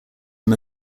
him